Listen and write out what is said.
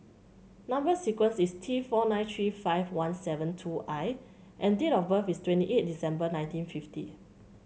number sequence is T four nine three five one seven two I and date of birth is twenty eight December nineteen fifty